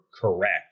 correct